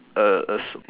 a uh s~